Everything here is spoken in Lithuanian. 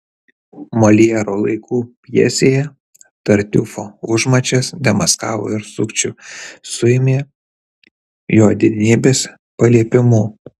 moljero laikų pjesėje tartiufo užmačias demaskavo ir sukčių suėmė jo didenybės paliepimu